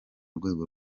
rwego